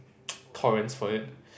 torrents for it